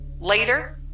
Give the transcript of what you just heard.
later